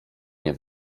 nie